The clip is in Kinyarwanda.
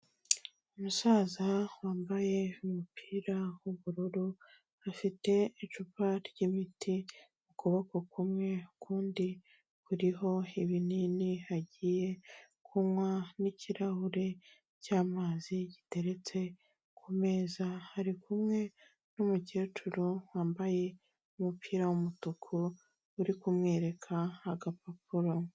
Umusaza wambaye umupira w'ubururu afite icupa ry'imiti mu kuboko kumwe, ukundi kuriho ibinini agiye kunywa n'ikirahure cy'amazi giteretse ku meza, ari kumwe n'umukecuru wambaye umupira w'umutuku uri kumwereka agapapuro.